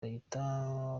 bahita